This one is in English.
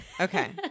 Okay